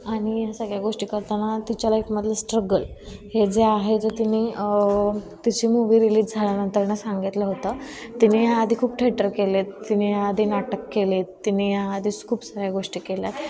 आणि ह्या सगळ्या गोष्टी करताना तिच्या लाईफमधलं स्ट्रगल हे जे आहे जे तिने तिची मूव्ही रिलीज झाल्यानंतर ना सांगितलं होतं तिने ह्या आधी खूप थेटर केलेत तिने या आधी नाटक केलेत तिने ह्या आधी खूप साऱ्या गोष्टी केल्यात